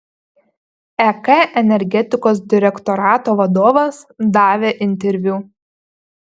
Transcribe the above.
ek energetikos direktorato vadovas davė interviu